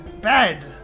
bed